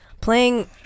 playing